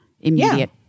immediate